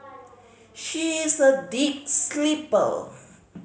she is a deep sleeper